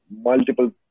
multiple